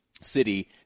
City